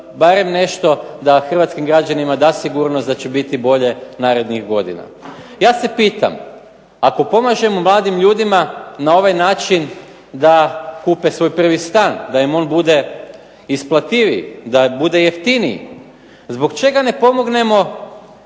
barem nešto da hrvatskim građanima da sigurnost da će biti bolje narednih godina. Ja se pitam, ako pomažemo mladim ljudima na ovaj način da kupe svoj prvi stan, da im on bude isplativiji, da bude jeftiniji zbog čega ne pomognemo